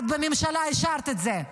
את בממשלה אישרת את זה.